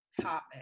topic